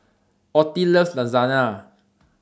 Ottie loves Lasagna